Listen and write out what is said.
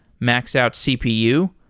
max out cpu,